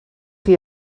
chi